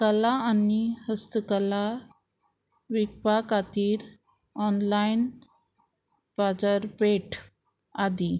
कला आनी हस्तकला विकपा खातीर ऑनलायन बाजारपेट आदी